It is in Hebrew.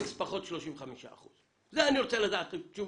איקס פחות 35%. זה אני רוצה לדעת תשובות.